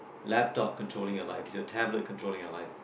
laptop controlling your life is your tablet controlling your life